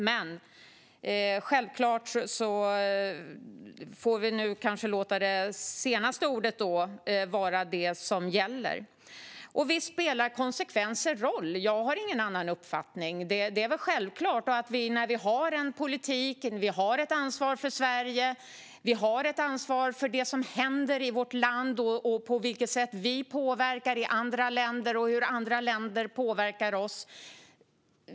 Men självklart får vi låta det senast sagda vara det som gäller. Visst spelar konsekvenser roll. Jag har ingen annan uppfattning. Det är väl självklart. Vi för en politik, vi har ett ansvar för Sverige och för vad som händer i vårt land, hur vi påverkar andra länder och hur andra länder påverkar oss.